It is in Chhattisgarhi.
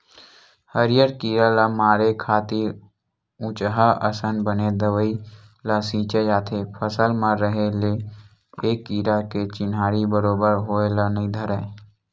हरियर कीरा ल मारे खातिर उचहाँ असन बने दवई ल छींचे जाथे फसल म रहें ले ए कीरा के चिन्हारी बरोबर होय ल नइ धरय